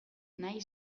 nahi